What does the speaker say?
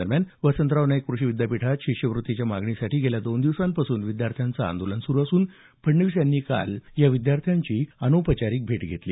दरम्यान वसंतराव नाईक कृषी विद्यापीठात शिष्यवृत्तीच्या मागणीसाठी गेल्या दोन दिवसांपासून विद्यार्थ्यांचं आंदोलन सुरु असून फडणवीस यांनी काल या विद्यार्थ्यांची अनौपचारिक भेट घेतली